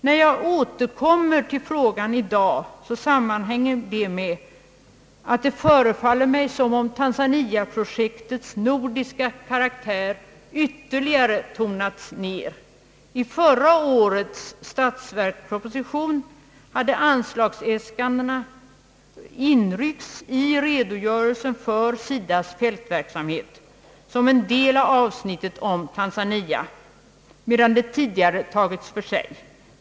När jag återkommer till frågan i dag, sammanhänger det med att det förefaller som om tanzaniaprojektets nordiska karaktär ytterligare tonats ner. I förra årets statsverksproposition hade anslagsäskandena inryckts i redogörelsen för SIDA:s fältverksamhet som en del av avsnittet om Tanzania, medan det tidigare tagits för sig.